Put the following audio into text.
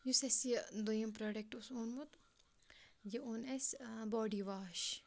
یُس اَسہِ یہِ دوٚیُم پرٛوڈَکٹ اوس اوٚنمُت یہِ اوٚن اَسہِ باڈی واش